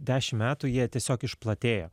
dešimt metų jie tiesiog išplatėjo